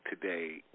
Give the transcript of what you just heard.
today